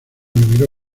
miró